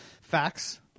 facts